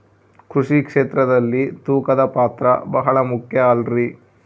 ಕೃಷಿ ಕ್ಷೇತ್ರದಲ್ಲಿ ತೂಕದ ಪಾತ್ರ ಬಹಳ ಮುಖ್ಯ ಅಲ್ರಿ?